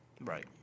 Right